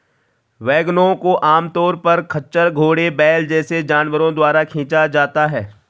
वैगनों को आमतौर पर खच्चर, घोड़े, बैल जैसे जानवरों द्वारा खींचा जाता है